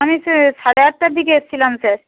আমি সাড়ে আটটার দিকে এসেছিলাম স্যার